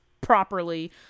properly